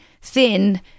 thin